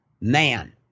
man